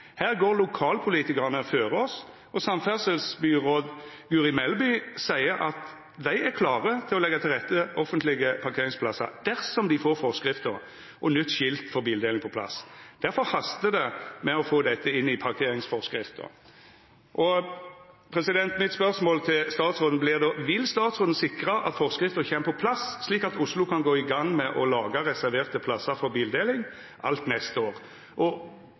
Her går lokalpolitikarane føre oss. Samferdselsbyråd Guri Melby seier at dei er klare til leggja til rette for offentlege parkeringsplassar dersom dei får forskrifter og nye skilt for bildeling på plass. Derfor hastar det med å få dette inn i parkeringsforskriftene. Mitt spørsmål til statsråden vert då: Vil statsråden sikra at forskrifta kjem på plass, slik at Oslo kan gå i gang med å laga reserverte plassar for bildeling alt neste år?